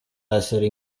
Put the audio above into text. essere